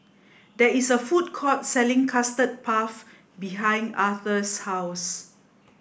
there is a food court selling custard puff behind Arther's house